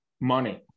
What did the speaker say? money